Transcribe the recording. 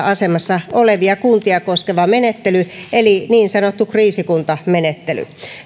asemassa olevia kuntia koskeva menettely eli niin sanottu kriisikuntamenettely